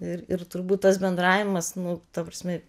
ir ir turbūt tas bendravimas nu ta prasme